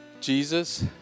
Jesus